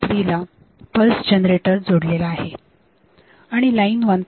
3 ला pulse generator जोडलेला आहे आणि लाइन 1